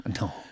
No